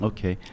Okay